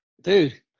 Dude